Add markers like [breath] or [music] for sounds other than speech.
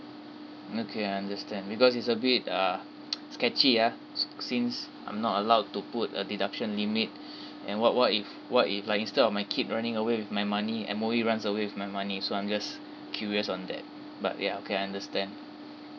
mm okay I understand because it's a bit uh [noise] sketchy ah s~ since I'm not allowed to put a deduction limit [breath] and what what if what if like instead of my kid running away with my money M_O_E runs away with my money so I'm just curious on that but ya okay I understand